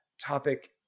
topic